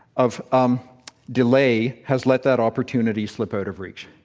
of um delay has let that opportunity slip out of reach.